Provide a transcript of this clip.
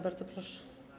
Bardzo proszę.